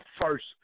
first